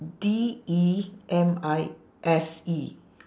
D E M I S E